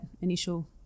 initial